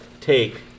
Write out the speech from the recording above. take